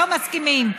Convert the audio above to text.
לא מסכימים,